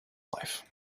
life